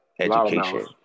education